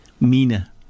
Mina